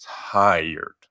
tired